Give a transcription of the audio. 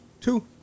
two